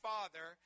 Father